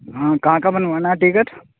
ہاں کہاں کا بنوانا ہے ٹکٹ